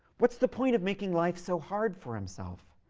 what's the point of making life so hard for himself